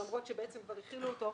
למרות שבעצם כבר החילו אותו,